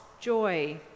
joy